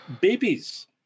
Babies